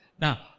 Now